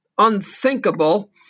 Unthinkable